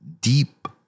deep